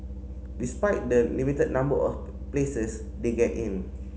despite the limited number of places they get in